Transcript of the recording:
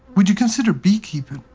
would you consider beekeeping?